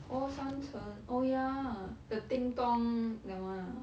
oh San Chen oh ya the ding dong that [one] ah